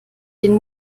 den